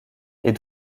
est